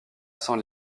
sans